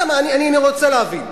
למה, אני רוצה להבין.